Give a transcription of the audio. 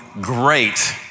great